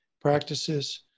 practices